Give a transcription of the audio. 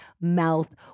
mouth